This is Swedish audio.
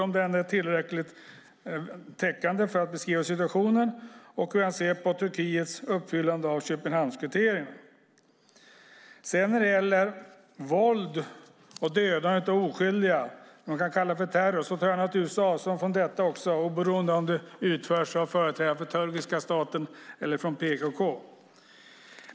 Är den tillräckligt täckande för att beskriva situationen, och hur ser han på Turkiets uppfyllande av Köpenhamnskriterierna? När det gäller våld och dödandet av oskyldiga, det man kan kalla för terror, tar jag naturligtvis avstånd från detta, oavsett om det utförs av företrädare för den turkiska staten eller från PKK.